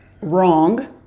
wrong